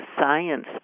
science